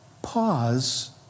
Pause